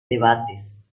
debates